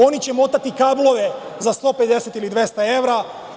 Oni će motati kablove za 150 ili 200 evra.